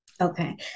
Okay